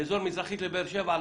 באזור מזרחית לבאר שבע.